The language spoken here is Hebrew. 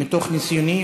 מתוך ניסיוני,